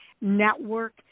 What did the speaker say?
network